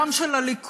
גם של הליכוד,